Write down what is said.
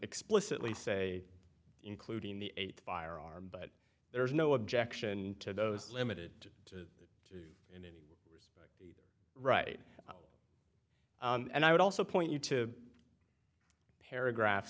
explicitly say including the eight firearm but there's no objection to those limited to right and i would also point you to paragraph